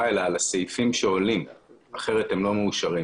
אלא על הסעיפים שעולים כי אחרת הם לא מאושרים.